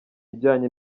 ijyanye